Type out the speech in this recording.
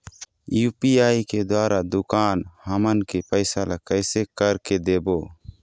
UPI के द्वारा दुकान हमन के पैसा ला कैसे कर के देबो?